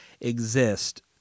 exist